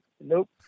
Nope